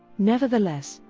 nevertheless,